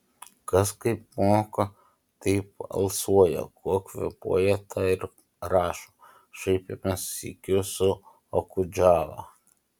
kas kaip moka taip alsuoja kuo kvėpuoja tą ir rašo šaipėmės sykiu su okudžava